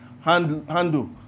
handle